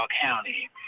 County